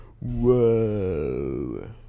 Whoa